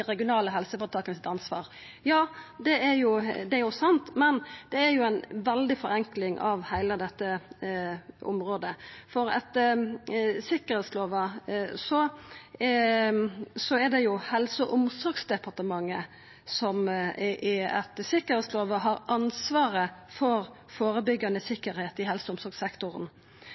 Det er sant, men det er ei veldig forenkling av heile dette området. Etter sikkerheitslova er det Helse- og omsorgsdepartementet som har ansvaret for førebyggjande sikkerheit i helse- og omsorgssektoren.